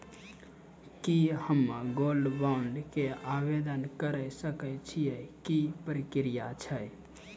की हम्मय gold bond के आवदेन करे सकय छियै, की प्रक्रिया छै?